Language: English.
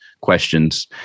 questions